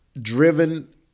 driven